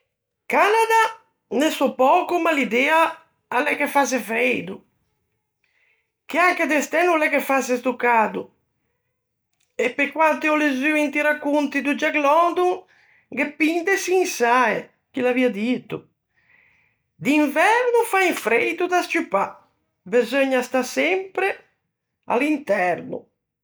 Canada, ne sò pöco, ma l'idea a l'é che fasse freido. Che anche de stæ no l'é che fasse sto cado. E, pe quante ò lezzuo inti racconti de Jack London, gh'é pin de çinsae - chi l'aviæ dito. D'inverno fa un freido da scciuppâ, beseugna stâ sempre à l'interno.